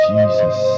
Jesus